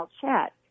chat